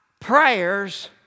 prayers